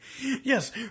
Yes